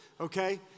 Okay